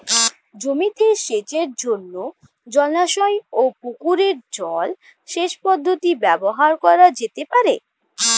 জমিতে সেচের জন্য জলাশয় ও পুকুরের জল সেচ পদ্ধতি ব্যবহার করা যেতে পারে?